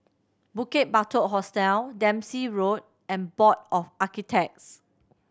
Bukit Batok Hostel Dempsey Road and Board of Architects